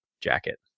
jacket